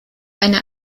eine